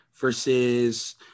versus